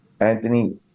Anthony